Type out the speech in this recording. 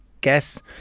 guess